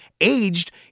aged